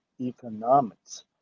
economics